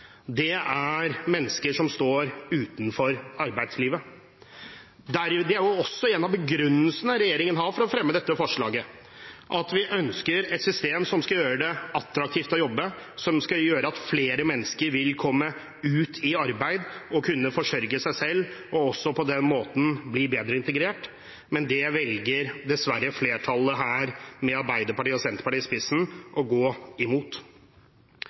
er at mennesker står utenfor arbeidslivet. Det er også en av begrunnelsene regjeringen har for å fremme dette forslaget. Vi ønsker et system som skal gjøre det attraktivt å jobbe, som skal gjøre at flere mennesker vil komme ut i arbeid og kunne forsørge seg selv, og på den måten også bli bedre integrert. Men det velger dessverre flertallet her, med Arbeiderpartiet og Senterpartiet i spissen, å gå imot.